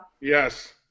Yes